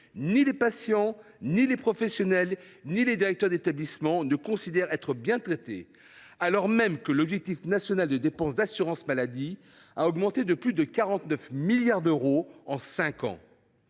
Ni les patients, ni les professionnels de santé, ni les directeurs d’établissement ne se considèrent comme bien traités, alors même que l’objectif national de dépenses d’assurance maladie (Ondam) a augmenté de plus de 49 milliards d’euros en cinq ans.